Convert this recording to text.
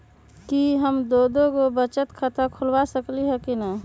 कि हम दो दो गो बचत खाता खोलबा सकली ह की न?